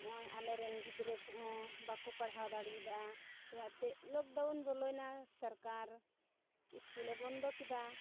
ᱱᱚᱜᱼᱚᱭ ᱟᱞᱮ ᱨᱮᱱ ᱜᱤᱫᱽᱨᱟᱹ ᱠᱚᱦᱚᱸ ᱵᱟᱠᱚ ᱯᱟᱲᱦᱟᱣ ᱫᱟᱲᱮᱭᱟᱫᱟ ᱪᱮᱫᱟᱜ ᱮᱱᱛᱮᱫ ᱞᱚᱠᱰᱟᱣᱩᱱ ᱵᱚᱞᱚᱭᱮᱱᱟ ᱥᱚᱨᱠᱟᱨ ᱥᱠᱩᱞᱮ ᱵᱚᱱᱫᱚ ᱠᱮᱫᱟ